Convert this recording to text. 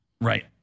Right